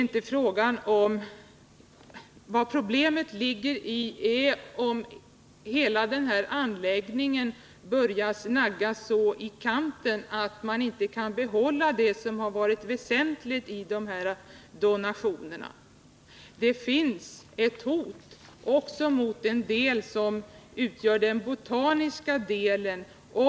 Ett problem är om hela anläggningen börjar naggas så i kanten att man inte kan tillgodose de väsentliga syftena med donationerna. Detta innebär ett hot också mot den botaniska delen.